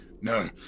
No